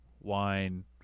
wine